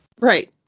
Right